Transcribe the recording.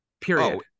period